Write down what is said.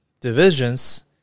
divisions